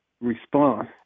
response